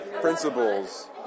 Principles